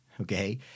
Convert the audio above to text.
okay